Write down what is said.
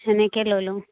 এনেকৈ লৈ লও